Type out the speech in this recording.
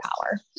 power